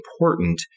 important